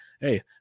hey